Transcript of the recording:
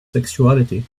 sexuality